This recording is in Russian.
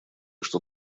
что